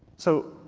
so